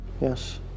Yes